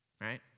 right